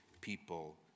people